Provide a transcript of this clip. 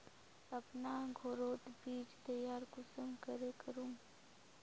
अपना घोरोत बीज तैयार कुंसम करे करूम?